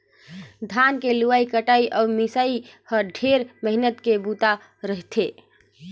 धान के लुवई कटई अउ मिंसई ह ढेरे मेहनत के बूता रह थे